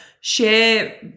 share